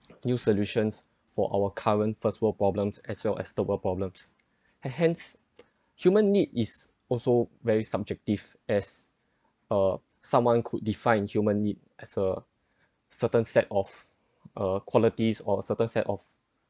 new solutions for our current first world problems as well as the world problems hence human need is also very subjective as uh someone could define human need as a certain set of uh qualities or a certain set of